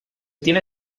tiene